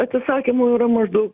atsisakymų yra maždau